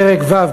פרק ו',